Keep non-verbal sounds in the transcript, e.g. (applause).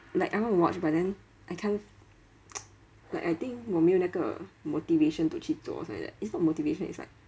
like I want to watch but then I can't (noise) like I think 我没有那个 motivation to 去做 something like that it's not motivation it's like